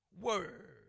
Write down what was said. word